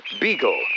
beagle